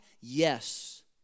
Yes